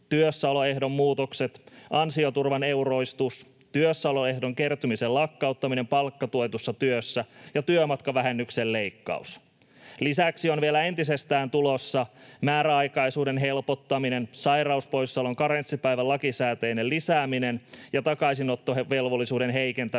työssäoloehdon muutokset, ansioturvan euroistus, työssäoloehdon kertymisen lakkauttaminen palkkatuetussa työssä ja työmatkavähennyksen leikkaus? Lisäksi on vielä entisestään tulossa määräaikaisuuden helpottaminen, sairauspoissaolon karenssipäivän lakisääteinen lisääminen ja takaisinottovelvollisuuden heikentäminen